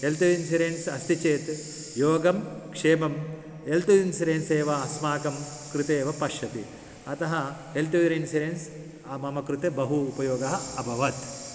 health insurance अस्ति चेत् योगं क्षेमं हेल्त् इन्शुरेन्स् एव अस्माकं कृतेव पश्यति अतः हेल्त् इन्शुरेन्स् मम कृते बहु उपयोगः अभवत्